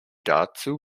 dazu